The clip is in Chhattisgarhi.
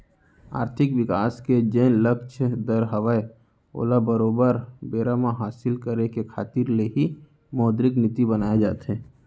आरथिक बिकास के जेन लक्छ दर हवय ओला बरोबर बेरा म हासिल करे के खातिर ले ही मौद्रिक नीति बनाए जाथे